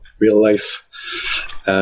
real-life